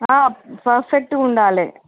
పర్ఫెక్టుగా ఉండాలి